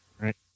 Right